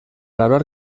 hablar